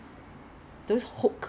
是我爸爸买的